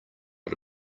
but